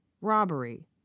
robbery